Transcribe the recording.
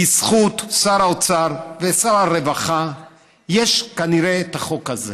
בזכות שר האוצר ושר הרווחה יש כנראה את החוק הזה.